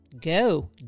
Go